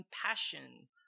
compassion